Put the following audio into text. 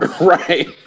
Right